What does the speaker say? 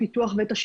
אבל עד